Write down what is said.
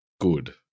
good